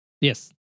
Yes